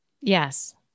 Yes